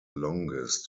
longest